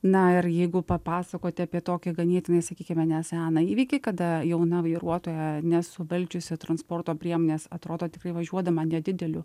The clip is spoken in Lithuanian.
na ir jeigu papasakoti apie tokį ganėtinai sakykime neseną įvykį kada jauna vairuotoja nesuvaldžiusi transporto priemonės atrodo tikrai važiuodama nedideliu